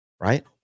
Right